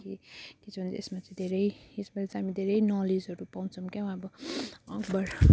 त्यसो भने चाहिँ यसमा चाहिँ धेरै यसमा चाहिँ हामी धेरै नलेजहरू पाउँछौँ क्या हो अब अकबर